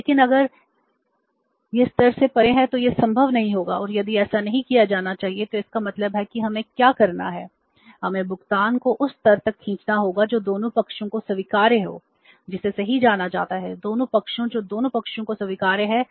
लेकिन अगर यह स्तर से परे है तो यह संभव नहीं होगा और यदि ऐसा नहीं किया जाना चाहिए तो इसका मतलब है कि हमें क्या करना है हमें भुगतान को उस स्तर तक खींचना होगा जो दोनों पक्षों को स्वीकार्य हो जिसे सही जाना जाता है दोनों पक्ष जो दोनों पक्षों को स्वीकार्य हैं